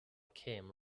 came